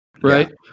right